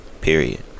period